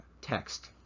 text